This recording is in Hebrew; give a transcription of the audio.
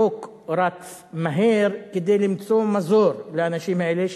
החוק רץ מהר כדי למצוא מזור לאנשים האלה,